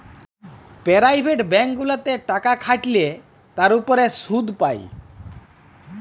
private bank গুলাতে টাকা খাটাল্যে তার উপর শুধ পাই